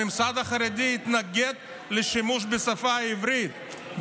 הממסד החרדי התנגד לשימוש בשפה העברית.